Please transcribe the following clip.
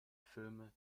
filme